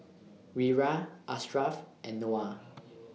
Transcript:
Wira Ashraf and Noah